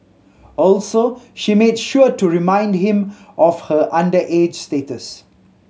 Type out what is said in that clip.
also she made sure to remind him of her underage status